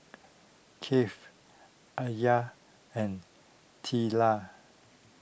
Kaif Aliyah and Twila